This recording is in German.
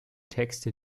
texte